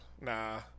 Nah